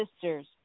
sisters